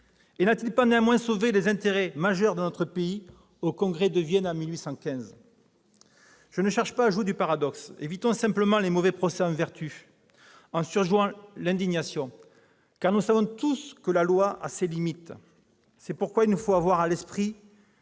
». N'a-t-il pas néanmoins sauvé les intérêts majeurs de notre pays au Congrès de Vienne en 1815 ? Je ne cherche pas à jouer du paradoxe. Évitons simplement les mauvais procès en vertu, en surjouant l'indignation. Nous le savons tous, la loi a ses limites. C'est pourquoi il faut avoir à l'esprit